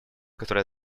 который